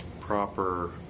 proper